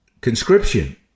conscription